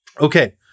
Okay